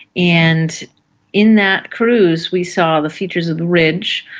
and in that cruise we saw the features of the ridge,